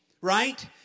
Right